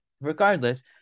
Regardless